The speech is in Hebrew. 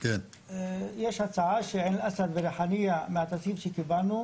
יש הצעה שעין אל-אסד וריחאניה מהתקציב שקיבלנו